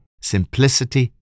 simplicity